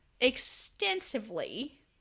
extensively